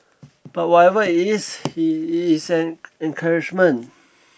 but whatever it's he it's an encouragement